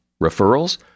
Referrals